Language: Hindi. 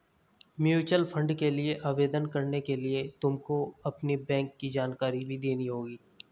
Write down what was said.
म्यूचूअल फंड के लिए आवेदन करने के लिए तुमको अपनी बैंक की जानकारी भी देनी होगी